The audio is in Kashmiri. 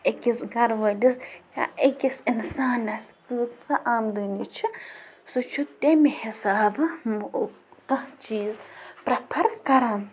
أکِس گَرٕ وٲلِس یا أکِس اِنسانَس کۭژاہ آمدٲنی چھِ سُہ چھُ تیٚمہِ حسابہٕ کانٛہہ چیٖز پرٛٮ۪فَر کَران